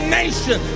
nation